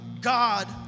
God